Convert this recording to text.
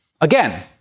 Again